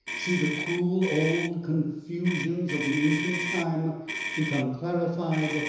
see the cruel old confusions of the ancient time become clarified,